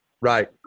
right